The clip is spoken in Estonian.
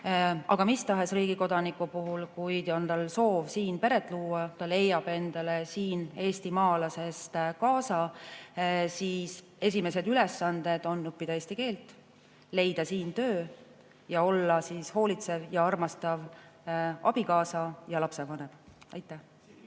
aga mis tahes riigi kodaniku puhul, kui on tal soov siin peret luua ja ta leiab endale siin eestimaalasest kaasa, siis esimesed ülesanded on õppida eesti keelt, leida siin töö ning olla hoolitsev ja armastav abikaasa ja lapsevanem. Aitäh